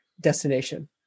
destination